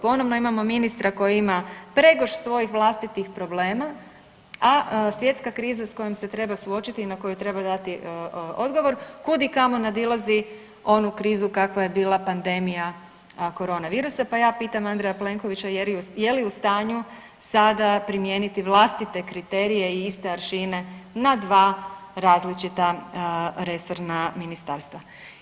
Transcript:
Ponovno imamo ministra koji ima pregršt svojih vlastitih problema, a svjetska kriza s kojom se treba suočiti i na koju treba dati odgovor kudikamo nadilazi onu krizu kakva je bila pandemija korona virusa, pa ja pitam Andreja Plenkovića je li u stanju sada primijeniti vlastite kriterije i … [[Govornik se ne razumije]] na dva različita resorna ministarstva?